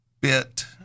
bit